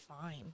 fine